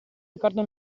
ricordo